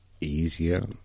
easier